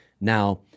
Now